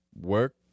work